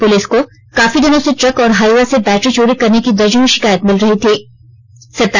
police को काफी दिनों से ट्रक और हाईवा से बैटरी चोरी करने की दर्जनों शिकायत मिल रही थीं